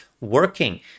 working